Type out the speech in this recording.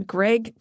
Greg